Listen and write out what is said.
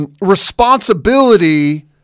responsibility